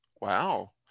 wow